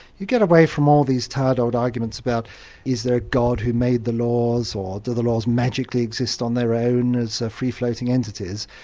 you get away from all these tired old arguments about is there a god who made the laws? or do the laws magically exist on their own as ah free floating entities?